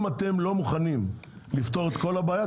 אם אתם לא מוכנים לפתור את כל הבעיה,